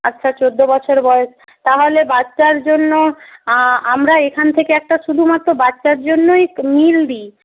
আচ্ছা চোদ্দো বছর বয়স তাহলে বাচ্চার জন্য আমরা এখান থেকে একটা শুধুমাত্র বাচ্চার জন্যই মিল দিই